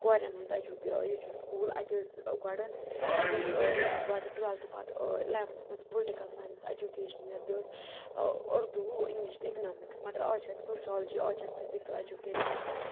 کورٮ۪ن ہُنٛد اٮ۪جُک یہِ چھُ سکوٗل اَتہِ ٲس گۄڈٕ اَتہِ اوس گۄڈٕ ٹُوٮ۪لتھٕ پَتہٕ اِلٮ۪وَنتھَس منٛز پُلٹِکَل ساینَس اجُکیشنہٕ یَتھ بیٚیہِ اوس اُردو اِنٛگلِش تہٕ اِکنامِکٕس مگر آز چھِ اَتہِ سوشالجی آز چھِ اَتہِ فِزِکَل اجُکیشَن تہٕ